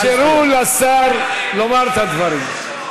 תאפשרו לשר לומר את הדברים.